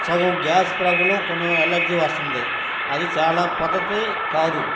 సగం gas problem కొన్ని allergy వస్తుంది అది చాలా పద్ధతి కాదు